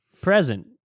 present